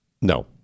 No